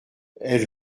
elle